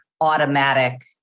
automatic